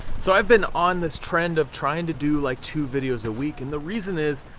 so i've been on this trend of trying to do, like, two videos a week, and the reason is,